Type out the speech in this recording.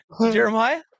Jeremiah